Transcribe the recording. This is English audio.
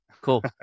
cool